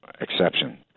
exception